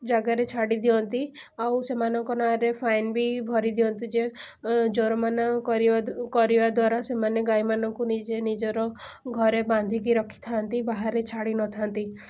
ଜାଗାରେ ଛାଡ଼ିଦିଅନ୍ତି ଆଉ ସେମାନଙ୍କ ନାଁରେ ଫାଇନ୍ ବି ଭରିଦିଅନ୍ତି ଯେ ଜୋରିମନା କରିବା କରିବା ଦ୍ୱାରା ସେମାନେ ଗାଈମାନଙ୍କୁ ନିଜେ ନିଜର ଘରେ ବାନ୍ଧିକି ରଖିଥାନ୍ତି ବାହାରେ ଛାଡ଼ିନଥାନ୍ତି